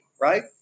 right